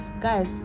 guys